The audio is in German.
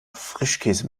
frischkäse